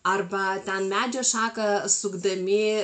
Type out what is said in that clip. arba ten medžio šaką sukdami